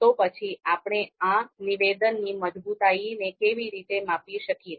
તો પછી આપણે આ નિવેદનની મજબૂતાઈને કેવી રીતે માપી શકીએ